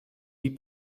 die